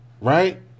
Right